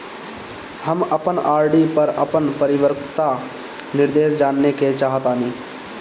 हम अपन आर.डी पर अपन परिपक्वता निर्देश जानेके चाहतानी